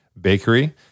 bakery